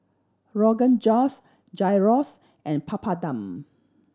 Rogan Josh Gyros and Papadum